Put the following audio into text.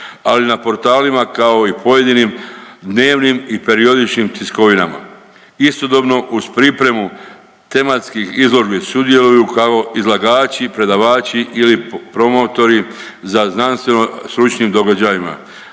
ali i na portalima kao i pojedinim dnevnim i periodičnim tiskovinama. Istodobno uz pripremu tematskih izložbi sudjeluju kao izlagači, predavači ili promotori za znanstveno-stručnim događajima,